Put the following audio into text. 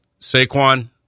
Saquon